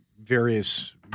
various